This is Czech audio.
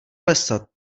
lesa